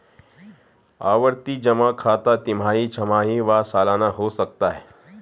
आवर्ती जमा खाता तिमाही, छमाही व सलाना हो सकता है